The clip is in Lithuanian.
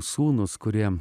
sūnus kurie